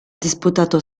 disputato